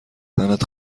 تنت